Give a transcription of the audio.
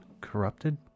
corrupted